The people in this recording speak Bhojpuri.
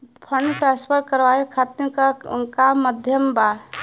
फंड ट्रांसफर करवाये खातीर का का माध्यम बा?